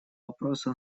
вопросу